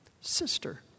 sister